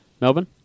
Melbourne